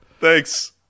thanks